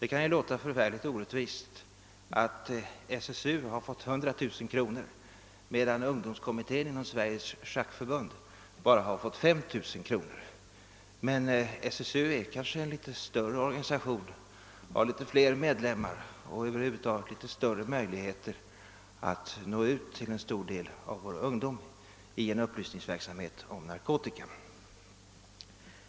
Det kan se förfärligt orättvist ut att SSU har fått 100 000 kronor medan ungdomskommittén inom Sveriges Schackförbund bara har fått 5 000 kronor, men SSU är kanske en något större organisation med fler medlemmar och över huvud taget större möjligheter att nå ut till en stor del av vår ungdom i en upplysningsverksamhet om narkotika.